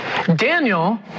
Daniel